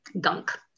gunk